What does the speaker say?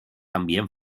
ambient